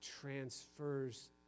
transfers